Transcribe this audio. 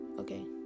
okay